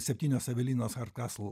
septynios evelinos arkasl